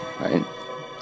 right